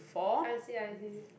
I see I see